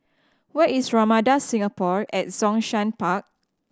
where is Ramada Singapore at Zhongshan Park